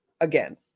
again